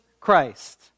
Christ